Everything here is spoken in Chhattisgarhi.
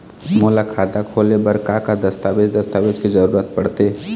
मोला खाता खोले बर का का दस्तावेज दस्तावेज के जरूरत पढ़ते?